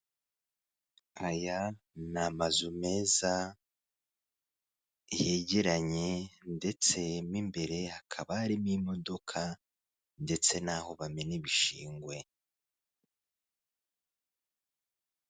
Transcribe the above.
Aya ni amazu meza yegeranye ndetse mo imbere hakaba harimo imodoka ndetse n'aho bamena ibishingwe.